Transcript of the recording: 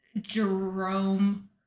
Jerome